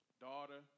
daughter